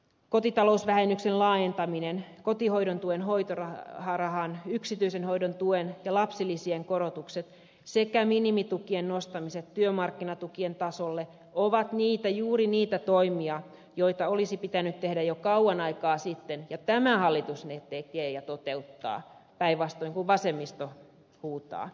kotitalousvähennyksen laajentaminen kotihoidon tuen hoitorahan yksityisen hoidon tuen ja lapsilisien korotukset sekä minimitukien nostamiset työmarkkinatukien tasolle ovat juuri niitä toimia joita olisi pitänyt tehdä jo kauan aikaa sitten ja tämä hallitus ne tekee ja toteuttaa päinvastoin kuin vasemmisto huutaa